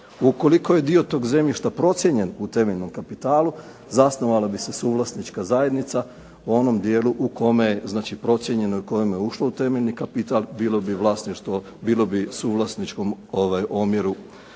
Ukoliko je dio tog zemljišta procijenjen u temeljnom kapitalu, zasnovala bi se suvlasnička zajednica u onom dijelu u kome je znači procijenjeno i u kojem je ušlo u temeljni kapital, bilo bi u suvlasničkom omjeru